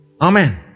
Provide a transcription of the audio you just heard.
Amen